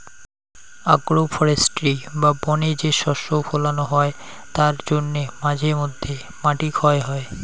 agro forestry বা বনে যে শস্য ফোলানো হয় তার জন্যে মাঝে মধ্যে মাটি ক্ষয় হয়